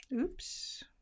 oops